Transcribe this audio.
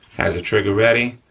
has the trigger ready,